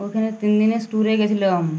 ওইখানে তিন দিনের ট্যুরে গেছিলাম